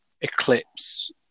eclipse